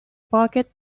pocket